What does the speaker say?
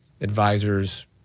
advisors